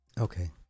Okay